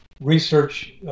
research